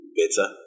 better